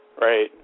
Right